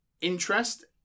interest